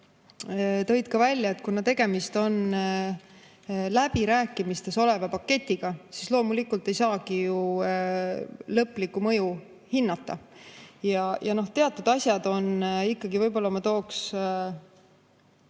tõid välja, et kuna tegemist on läbirääkimistes oleva paketiga, siis loomulikult ei saagi ju lõplikku mõju hinnata. Ja teatud asjad on ikkagi, võib-olla ma tooks